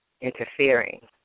interfering